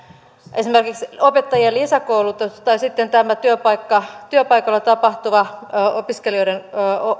esimerkiksi opettajien lisäkoulutus tai sitten tämä työpaikoilla tapahtuva opiskelijoiden